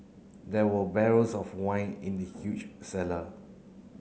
there were barrels of wine in the huge cellar